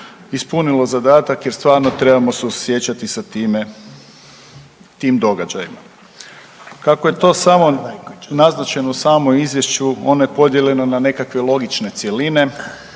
ispunilo zadatak jer stvarno trebamo suosjećati s tim događajima. Kako je to samo naznačeno u samom izvješću ono je podijeljeno na nekakve logične cjeline